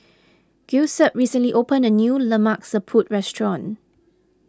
Giuseppe recently opened a new Lemak Siput restaurant